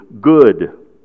good